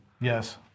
Yes